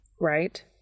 right